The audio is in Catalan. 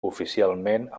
oficialment